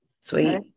Sweet